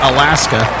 Alaska